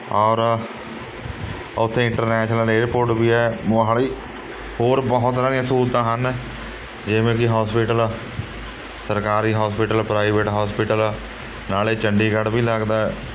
ਔਰ ਉੱਥੇ international airport ਵੀ ਹੈ ਮੋਹਾਲੀ ਹੋਰ ਬਹੁਤ ਤਰ੍ਹਾਂ ਦੀਆਂ ਸਹੂਲਤਾਂ ਹਨ ਜਿਵੇਂ ਕਿ ਹੋਸਪੀਟਲ ਸਰਕਾਰੀ ਹੋਸਪੀਟਲ ਪ੍ਰਾਈਵੇਟ ਹੋਸਪੀਟਲ ਨਾਲ਼ੇ ਚੰਡੀਗੜ੍ਹ ਵੀ ਲੱਗਦਾ